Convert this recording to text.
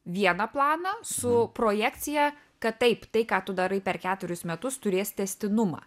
vieną planą su projekcija kad taip tai ką tu darai per ketvurius metus turės tęstinumą